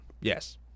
Yes